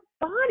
body